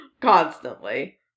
Constantly